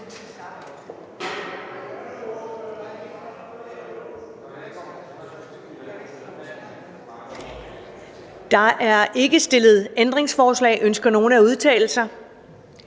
Der er ikke stillet ændringsforslag. Ønsker nogen at udtale sig?